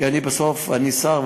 כי בסוף אני שר,